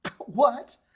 What